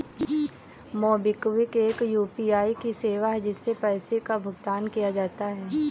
MobiKwik एक UPI की सेवा है, जिससे पैसे का भुगतान किया जाता है